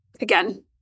again